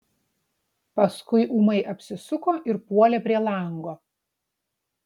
paskui ūmai apsisuko ir puolė prie lango